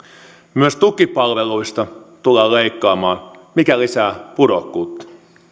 myös tukipalveluista tullaan leikkaamaan mikä lisää pudokkuutta